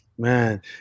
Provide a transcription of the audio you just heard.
Man